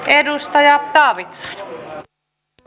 edustaja taavitsainen